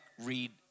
read